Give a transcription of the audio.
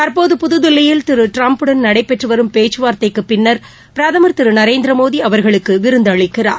தற்போது புதுதில்லியில் திரு ட்டிரம்புடன் நடைபெற்று வரும் பேச்சுவார்தைக்குப் பின்னர் பிரதமர் திரு நரேந்திரமோடி அவர்களுக்கு விருந்து அளிக்கிறார்